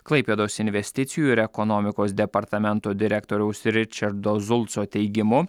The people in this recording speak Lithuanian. klaipėdos investicijų ir ekonomikos departamento direktoriaus ričardo zulco teigimu